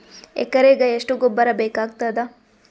ಎಕರೆಗ ಎಷ್ಟು ಗೊಬ್ಬರ ಬೇಕಾಗತಾದ?